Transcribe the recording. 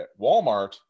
Walmart